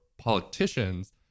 politicians